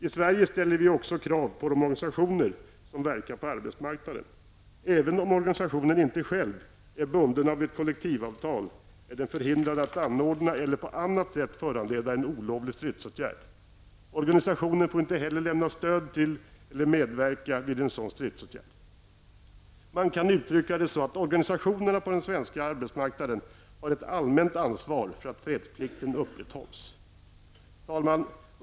I Sverige ställer vi också krav på de organisationer som verkar på arbetsmarknaden. Även om organisationen inte själv är bunden av ett kollektivavtal är den förhindrad att anordna eller på något annat sätt föranleda en olovlig stridsåtgärd. Organisationen får inte heller lämna stöd till eller medverka vid en sådan stridsåtgärd. Man kan uttrycka det så att organisationerna på den svenska arbetsmarknaden har ett allmänt ansvar för att fredsplikten upprätthålls. Herr talman!